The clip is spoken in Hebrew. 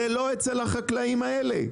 זה לא אצל החקלאים האלה.